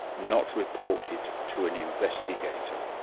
not reported to an investigator.